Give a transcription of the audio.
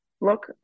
look